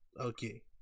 Okay